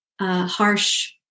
Harsh